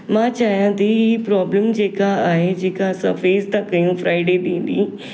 मां चाहियां थी इहे प्रॉब्लम जेका आहे जेका असां फेस था कयूं फ्राइडे जे ॾींहुं